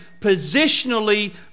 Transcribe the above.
positionally